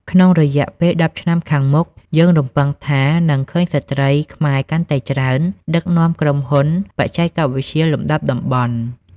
ក្នុងរយៈពេល ១០ ឆ្នាំខាងមុខ យើងរំពឹងថានឹងឃើញស្ត្រីខ្មែរកាន់តែច្រើនដឹកនាំក្រុមហ៊ុនបច្ចេកវិទ្យាលំដាប់តំបន់។